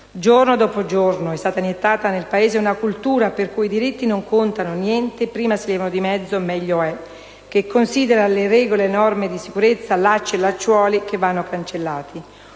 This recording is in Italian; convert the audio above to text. Giorno dopo giorno è stata iniettata nel Paese una cultura per cui i diritti non contano niente e prima si levano di mezzo e meglio è, che considera le regole e le norme di sicurezza lacci e lacciuoli che vanno cancellati.